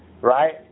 Right